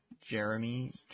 Jeremy